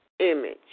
image